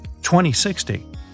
2060